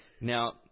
Now